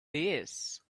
this